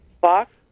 Fox